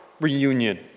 reunion